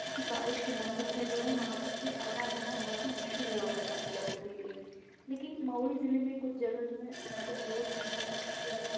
چونکہ بارش کے موسم میں جو ہے وہاں کا سے آنا جانا بہت ہی مشکل ہُوا رہتا ہے لوگوں کے لئے لیکن مئو ہی ضلعے میں کچھ جگہ جو ہے یہاں پہ روڈ بھی بہت اچھی ہے